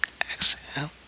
Exhale